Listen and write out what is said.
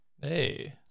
Hey